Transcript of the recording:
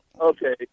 Okay